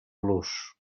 los